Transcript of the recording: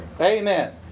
Amen